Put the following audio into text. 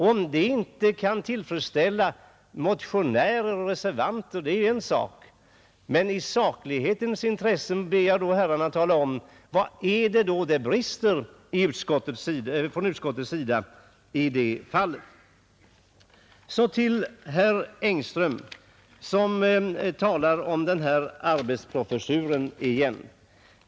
Om det inte kan tillfredsställa motionärer och reservanter är en sak, men i saklighetens intresse ber jag i så fall herrarna tala om: Vad är det då som brister från utskottets sida? Herr Engström talar återigen om den här arbetsprofessuren.